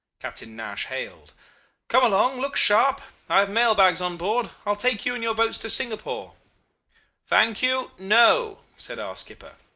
captain nash hailed come along! look sharp. i have mail-bags on board. i will take you and your boats to singapore thank you! no said our skipper.